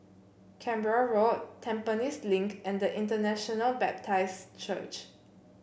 Canberra Road Tampines Link and International Baptist Church